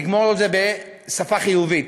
נגמור את זה בשפה חיובית,